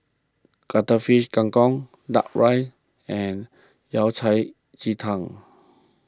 Cuttlefish Kang Kong Duck Rice and Yao Cai Ji Tang